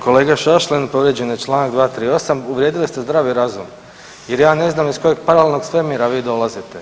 Kolega Šašlin povrijeđen je Članak 238., uvrijedili ste zdravi razum jer ja ne znam iz kojeg paralelnog svemira vi dolazite.